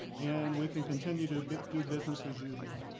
and we can continue to but do business as usual.